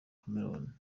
cameroon